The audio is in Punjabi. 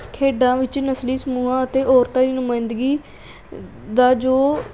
ਖੇਡਾਂ ਵਿੱਚ ਨਸਲੀ ਸਮੂਹਾਂ ਅਤੇ ਔਰਤਾਂ ਦੀ ਨੁਮਾਇੰਦਗੀ ਦਾ ਜੋ